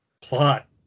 Plot